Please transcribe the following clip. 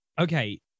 Okay